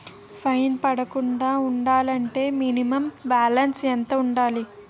Fine పడకుండా ఉండటానికి minimum balance ఎంత ఉండాలి?